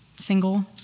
single